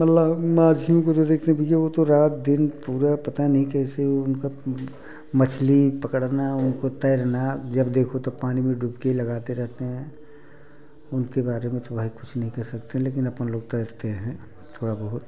मतलब माँझियों को जो देखते हैं भैया वो तो रात दिन पूरा पता नहीं कैसे ओ उनका मछली पकड़ना उनको तैरना जब देखो तब पानी में डुबकी लगाते रहते हैं उनके बारे में तो भाई कुछ नहीं कह सकते हैं लेकिन अपन लोग तैरते हैं थोड़ा बहुत